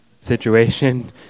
situation